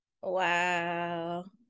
Wow